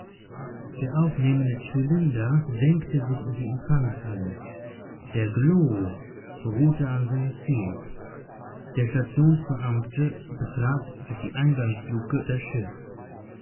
der aufnehmende zylinder senkte sich in die empfangshalle der glo ruhte an seinem ziel der stationsbeamte betrat durch die eingangsluke das schiff